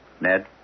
Ned